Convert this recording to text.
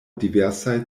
diversaj